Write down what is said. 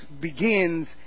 begins